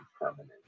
permanent